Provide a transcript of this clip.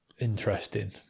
interesting